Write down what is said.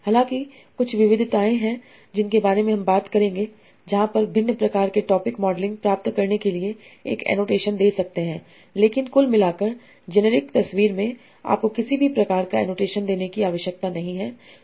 हालाँकि कुछ विविधताएँ हैं जिनके बारे में हम बात करेंगे जहाँ आप कुछ भिन्न प्रकार के टॉपिक मॉडलिंग प्राप्त करने के लिए एक एनोटेशन दे सकते हैं लेकिन कुल मिलाकर जेनेरिक तस्वीर में आपको किसी भी प्रकार का एनोटेशन देने की आवश्यकता नहीं है